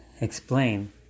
explain